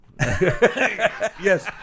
Yes